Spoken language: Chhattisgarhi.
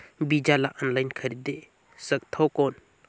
बीजा ला ऑनलाइन खरीदे सकथव कौन?